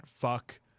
fuck